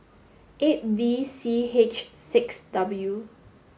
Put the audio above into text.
eight V C H six W